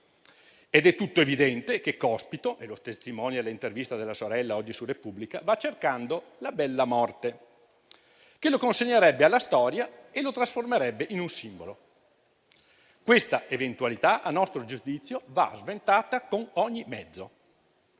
del tutto evidente che Cospito, come testimonia l'intervista della sorella apparsa oggi sul quotidiano «La Repubblica», va cercando la bella morte, che lo consegnerebbe alla storia e lo trasformerebbe in un simbolo. Questa eventualità a nostro giudizio va sventata con ogni mezzo.